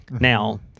Now